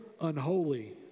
unholy